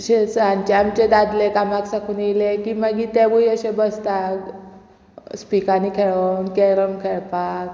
अशें सांजचे आमचे दादले कामाक साकून येयले की मागीर तेवूय अशे बसता इस्पिकांनी खेळप कॅरम खेळपाक